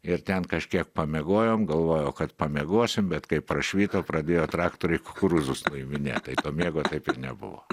ir ten kažkiek pamiegojom galvojau kad pamiegosim bet kai prašvito pradėjo traktoriai kukurūzus nuiminėt tai to miego taip ir nebuvo